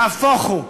נהפוך הוא,